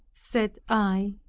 said i,